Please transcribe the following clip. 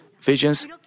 visions